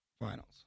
finals